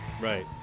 right